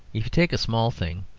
if you take a small thing,